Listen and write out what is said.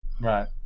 Right